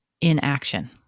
inaction